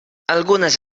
algunes